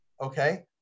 Okay